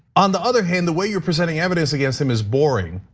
on the other hand, the way you're presenting evidence against him is boring.